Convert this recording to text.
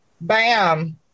Bam